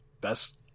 best